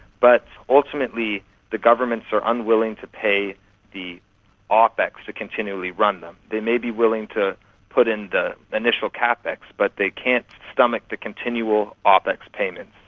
but ultimately the governments are unwilling to pay the ah opex to continually run them. they may be willing to put in the initial capex but they can't stomach the continual ah opex payments.